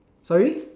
sorry